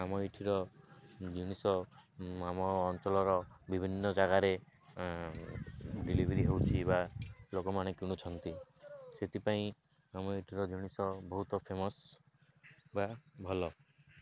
ଆମ ଏଠିର ଜିନିଷ ଆମ ଅଞ୍ଚଳର ବିଭିନ୍ନ ଜାଗାରେ ଡ଼େଲିଭରି ହେଉଛି ବା ଲୋକମାନେ କିଣୁଛନ୍ତି ସେଥିପାଇଁ ଆମ ଏଠିର ଜିନିଷ ବହୁତ ଫେମସ୍ ବା ଭଲ